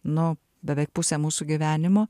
no beveik pusė mūsų gyvenimo